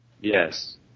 Yes